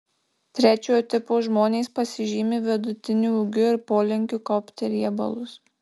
trečiojo tipo žmonės pasižymi vidutiniu ūgiu ir polinkiu kaupti riebalus